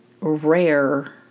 rare